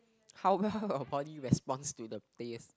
how well your body responds to the place